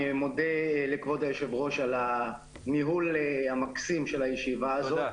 אני מודה לכבוד היושב-ראש על הניהול המקסים של הישיבה הזאת,